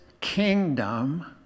kingdom